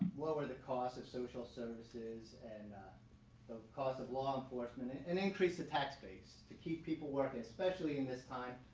lower the cost of social services and the cost of law enforcement and and increase the tax base to keep people working, especially in this time,